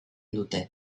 dute